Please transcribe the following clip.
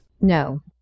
No